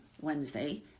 Wednesday